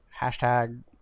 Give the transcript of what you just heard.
hashtag